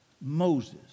Moses